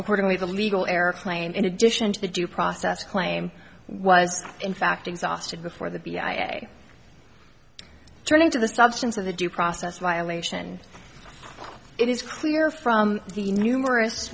accordingly the legal airplane in addition to the due process claim was in fact exhausted before the b i turning to the substance of the due process violation it is clear from the numerous